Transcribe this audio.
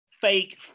fake